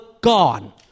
gone